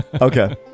Okay